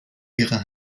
ihrer